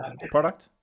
product